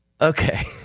Okay